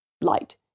light